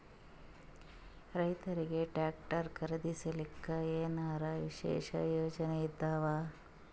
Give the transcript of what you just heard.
ರೈತರಿಗೆ ಟ್ರಾಕ್ಟರ್ ಖರೀದಿಸಲಿಕ್ಕ ಏನರ ವಿಶೇಷ ಯೋಜನೆ ಇದಾವ?